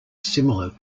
similar